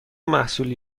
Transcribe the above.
محصولی